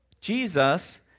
Jesus